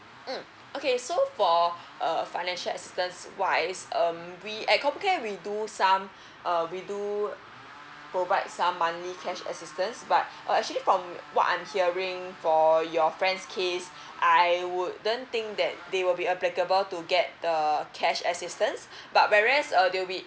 mm okay so for err financial assistance wise um we at comcare we do some uh we do provide some money cash assistance but uh actually from what I'm hearing for your friend's case I wouldn't think that they will be applicable to get the cash assistance but whereas err they will be